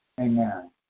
Amen